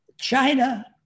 China